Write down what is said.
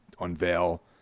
unveil